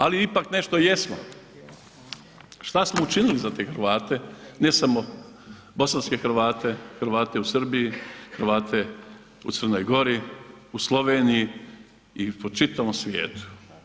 Ne mnogo, ali ipak nešto jesmo, šta smo učinili za te Hrvate, ne samo bosanske Hrvate, Hrvate u Srbiji, Hrvate u Crnoj Gori, u Sloveniji i po čitavom svijetu.